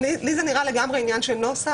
לי זה נראה לגמרי עניין של נוסח.